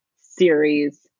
series